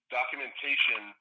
Documentation